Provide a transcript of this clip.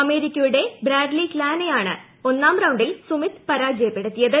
അമേരിക്കയുടെ ബ്രാഡ്ലി ക്ലാനെയാണ് ഒന്നാം റൌണ്ടിൽ സുമിത് പരാജയപ്പെടുത്തിയത്